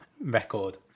record